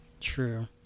True